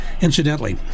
Incidentally